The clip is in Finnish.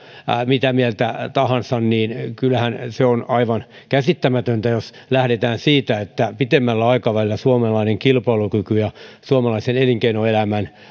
mitä mieltä tahansa niin kyllähän se on aivan käsittämätöntä jos lähdetään siitä että pidemmällä aikavälillä suomalainen kilpailukyky ja suomalaisen elinkeinoelämän